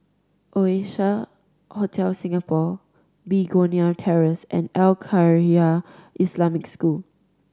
Oasia Hotel Singapore Begonia Terrace and Al Khairiah Islamic School